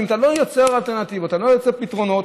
אתה לא יוצר אלטרנטיבות, אתה לא יוצר פתרונות.